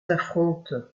affronte